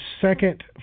second